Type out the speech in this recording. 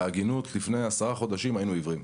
בהגינות נאמר שעד לפני עשרה חודשים היינו עיוורים,